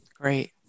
Great